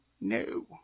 No